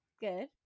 good